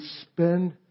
spend